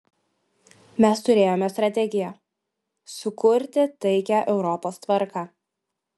mes turėjome strategiją sukurti taikią europos tvarką